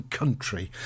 country